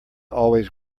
always